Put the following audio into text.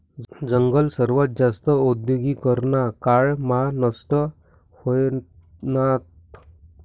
जंगल सर्वात जास्त औद्योगीकरना काळ मा नष्ट व्हयनात